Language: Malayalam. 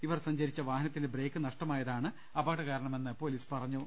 ഇവർ സഞ്ചരിച്ച വാഹനത്തിന്റെ ബ്രേക്ക് നഷ്ടമാ യതാണ് അപകടകാരണമെന്ന് പൊലീസ് പറഞ്ഞു